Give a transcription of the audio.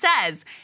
says